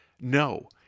No